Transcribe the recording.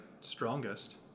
strongest